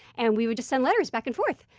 and we would just send letters back and forth.